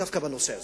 דווקא בנושא הזה.